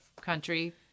country